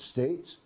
States